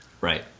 Right